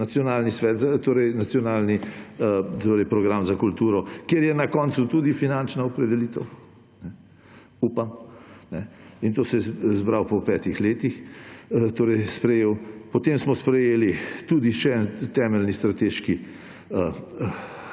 Nacionalni program za kulturo, kjer je na koncu tudi finančna opredelitev. Upam! In to se je sprejel po petih letih. Potem smo sprejeli tudi še temeljni strateški